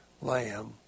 Lamb